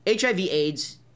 HIV-AIDS